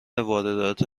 واردات